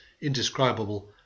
indescribable